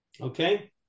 Okay